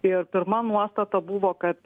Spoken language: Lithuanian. ir pirma nuostata buvo kad